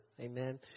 amen